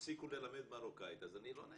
הפסיקו ללמד מרוקאית אז אני לא נהנה מזה.